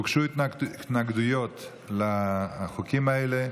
הוגשו התנגדויות לחוקים האלה.